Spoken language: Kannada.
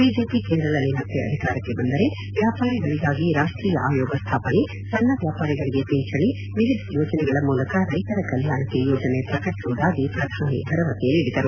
ಬಿಜೆಪಿ ಕೇಂದ್ರದಲ್ಲಿ ಮತ್ತೆ ಅಧಿಕಾರಕ್ಕೆ ಬಂದರೆ ವ್ಯಾಪಾರಿಗಳಿಗಾಗಿ ರಾಷ್ಷೀಯ ಆಯೋಗ ಸ್ಥಾಪನೆ ಸಣ್ಣ ವ್ಯಾಪಾರಿಗಳಿಗೆ ಪಿಂಚಣಿ ವಿವಿಧ ಯೋಜನೆಗಳ ಮೂಲಕ ರೈತರ ಕಲ್ಲಾಣಕ್ಕೆ ಯೋಜನೆ ಪ್ರಕಟಿಸುವುದಾಗಿ ಪ್ರಧಾನಿ ಭರವಸೆ ನೀಡಿದರು